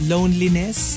Loneliness